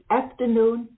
afternoon